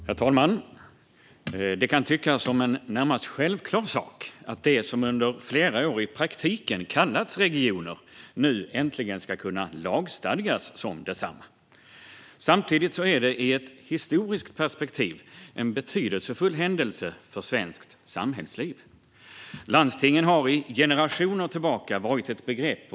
Herr talman! Det kan tyckas som en närmast självklar sak att det som under flera år i praktiken kallats regioner nu äntligen ska kunna lagstadgas som detsamma. Samtidigt är det i ett historiskt perspektiv en betydelsefull händelse för svenskt samhällsliv. Landstingen har sedan generationer tillbaka varit ett begrepp.